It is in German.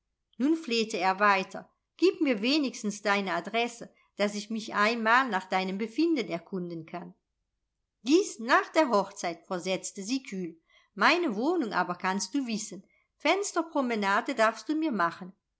nun flehte er weiter gib mir wenigstens deine adresse daß ich mich einmal nach deinem befinden erkundigen kann dies nach der hochzeit versetzte sie kühl meine wohnung aber kannst du wissen fensterpromenade darfst du mir machen